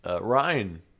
Ryan